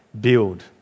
build